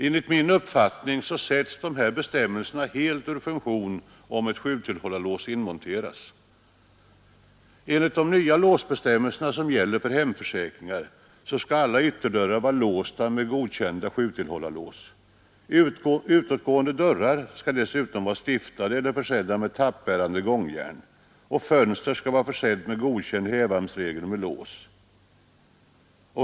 Enligt min uppfattning sätts dessa Enligt de nya låsbestämmelser som gäller för hemförsäkringar skall alla ytterdörrar vara låsta med godkända sjutillhållarlås. Utåtgående dörrar skall dessutom vara stiftade eller försedda med tappbärande gångjärn. Fönster skall vara försett med godkänd hävarmsregel med lås.